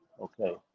okay